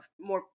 more